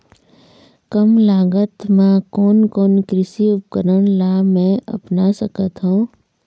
कम लागत मा कोन कोन कृषि उपकरण ला मैं अपना सकथो?